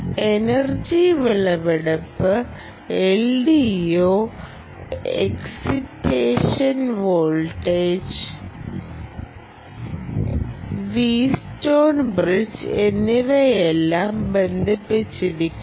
energy വിളവെടുപ്പ് LDO excitation voltage refer സമയം 5353 Wheatstone bridge എന്നിവയെല്ലാം ബന്ധിപ്പിച്ചിരിക്കുന്നു